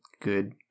good